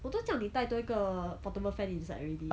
我都叫你带多一个 portable fan inside already